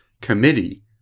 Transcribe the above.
Committee